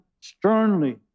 sternly